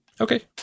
okay